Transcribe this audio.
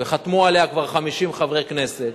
וחתמו עליה כבר 50 חברי כנסת,